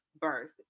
birth